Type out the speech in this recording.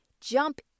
jump